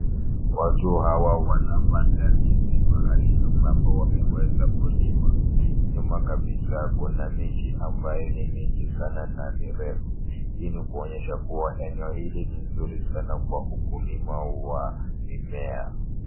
Watu hawa wanapanda ndizi pahali ambapo wameweza kulima. Nyuma kabisa kuna miti ambayo ni mingi sana na mirefu. Hii ni kuonyesha kuwa eneo hili ni nzuri sana kwa ukulima wa mimea.